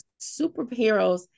superheroes